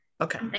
okay